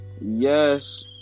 Yes